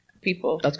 people